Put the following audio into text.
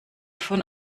von